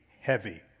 heavy